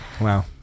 Wow